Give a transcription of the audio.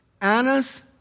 Annas